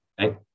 okay